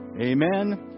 Amen